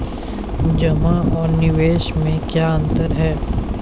जमा और निवेश में क्या अंतर है?